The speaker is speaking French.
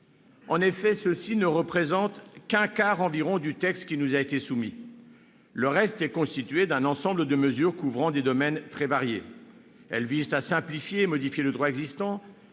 En effet, ceux-ci ne représentent qu'un quart environ du texte qui nous a été soumis. Le reste est constitué d'un ensemble de mesures couvrant des domaines très variés. Elles visent à simplifier et à modifier le droit existant,